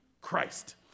Christ